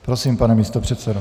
Prosím, pane místopředsedo.